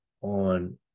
on